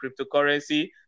cryptocurrency